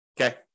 Okay